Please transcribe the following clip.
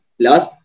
plus